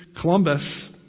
Columbus